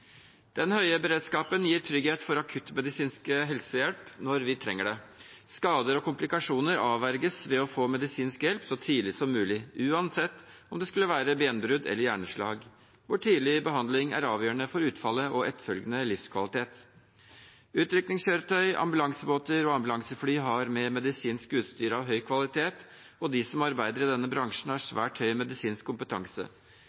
Den høye beredskapen gir trygghet for akuttmedisinsk helsehjelp når vi trenger det. Skader og komplikasjoner avverges ved at man får medisinsk hjelp så tidlig som mulig, uansett om det skulle være benbrudd eller hjerneslag, der tidlig behandling er avgjørende for utfallet og etterfølgende livskvalitet. Utrykningskjøretøy, ambulansebåter og ambulansefly har med medisinsk utstyr av høy kvalitet, og de som arbeider i denne bransjen, har